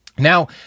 Now